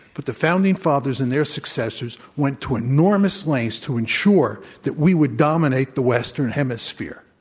but the founding fathers and their successors went to enormous lengths to ensure that we would dominate the western hemisphere.